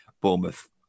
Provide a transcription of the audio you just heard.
Bournemouth